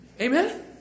Amen